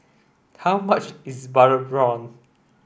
how much is butter prawn